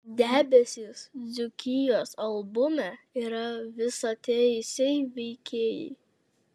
debesys dzūkijos albume yra visateisiai veikėjai